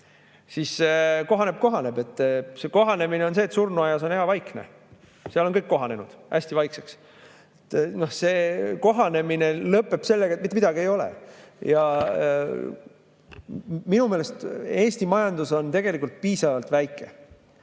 Kohaneb, kohaneb. See kohanemine on see, et surnuaias on hea vaikne, seal on kõik kohanenud hästi vaikseks. See kohanemine lõpeb sellega, et mitte midagi ei ole. Minu meelest on Eesti majandus piisavalt väike.